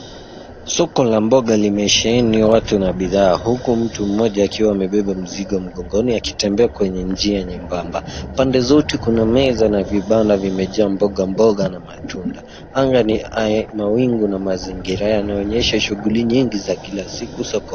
Soko la mboga limesheheni watu na bidhaa huku mtu mmoja akiwa amebeba mzigo mgongoni akitembea kwenye njia nyembamba. Pande zote kuna meza na vibanda vimejaa mboga mboga na matunda. Anga ni mawingu na mazingira yanaonyesha shughuli nyingi za kila siku soko...